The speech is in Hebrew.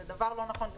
זה דבר לא נכון פשוט.